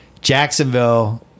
Jacksonville